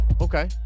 Okay